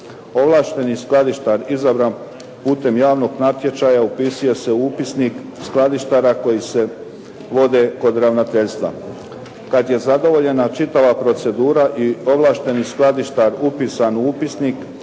Ovlašteni skladištar izabran putem javnog natječaja upisuje se u upisnik skladištara koji se vode kod ravnateljstva. Kada je zadovoljena čitava procedura i ovlašteni skladištar upisan u upisnik